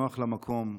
נוח למקום,